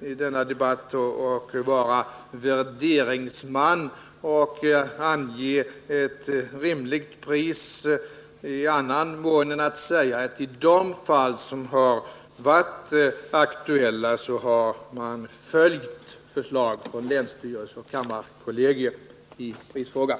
i denna debatt gå in och vara värderingsman och ange ett rimligt pris i annan mån än att säga att i de fall som har varit aktuella har man följt förslag från länsstyrelse och kammarkollegium i prisfrågan.